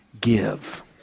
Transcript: give